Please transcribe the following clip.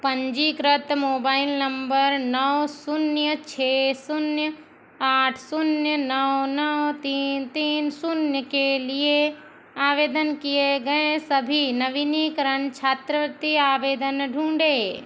पंजीकृत mobile number नौ शून्य छः शून्य आठ शून्य नौ नौ तीन तीन शून्य के लिए आवेदन किए गए सभी नवीनीकरण छात्रवृत्ति आवेदन ढूँढें